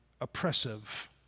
oppressive